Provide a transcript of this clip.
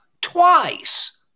twice